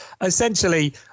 essentially